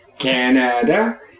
Canada